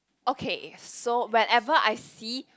okay so whenever I see